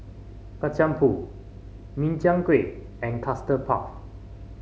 Kacang Pool Min Chiang Kueh and Custard Puff